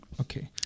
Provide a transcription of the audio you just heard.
Okay